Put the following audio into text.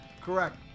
Correct